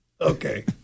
Okay